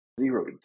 Zero